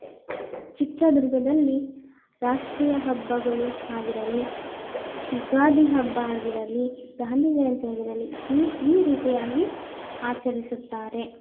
ಚಿತ್ರದುರ್ಗದಲ್ಲಿ ರಾಷ್ಟ್ರೀಯ ಹಬ್ಬಗಳು ಆಗಿರಲಿ ಯುಗಾದಿ ಹಬ್ಬ ಆಗಿರಲಿ ಗಾಂಧಿ ಜಯಂತಿ ಆಗಿರಲಿ ಈ ಈ ರೀತಿಯಾಗಿ ಆಚರಿಸುತ್ತಾರೆ